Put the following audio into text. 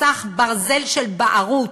מסך ברזל של בערות,